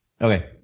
Okay